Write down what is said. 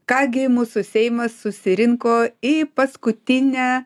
ką gi mūsų seimas susirinko į paskutinę